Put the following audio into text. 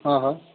હા હા